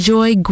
Enjoy